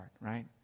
right